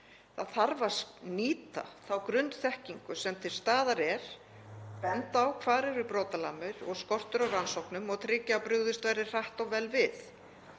Það þarf að nýta þá grunnþekkingu sem til staðar er, benda á hvar eru brotalamir og skortur á rannsóknum og tryggja að brugðist verði hratt og vel við.